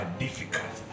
difficult